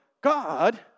God